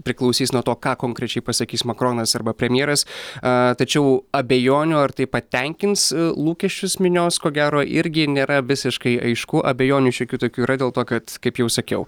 priklausys nuo to ką konkrečiai pasakys makronas arba premjeras tačiau abejonių ar tai patenkins lūkesčius minios ko gero irgi nėra visiškai aišku abejonių šiokių tokių yra dėl to kad kaip jau sakiau